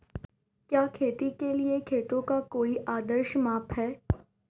क्या खेती के लिए खेतों का कोई आदर्श माप है?